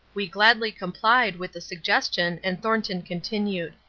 we gladly complied with the suggestion and thornton continued